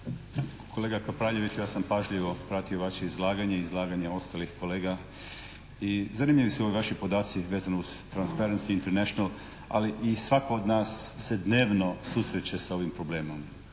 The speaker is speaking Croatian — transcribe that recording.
Kolega Kapraljević ja sam pažljivo pratio vaše izlaganje i izlaganje ostalih kolega i zanimljivi su ovi vaši podaci vezano uz «Transparency International» ali i svako od nas se dnevno susreće s ovim problemom.